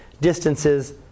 distances